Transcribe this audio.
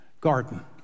garden